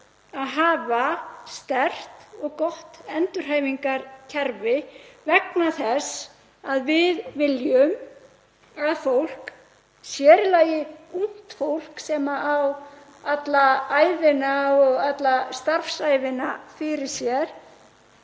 að hafa sterkt og gott endurhæfingarkerfi vegna þess að við viljum að fólk, sér í lagi ungt fólk sem á alla ævina og starfsævina fyrir sér,